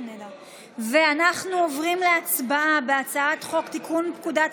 אנחנו עוברים להצבעה על הצעת חוק לתיקון פקודת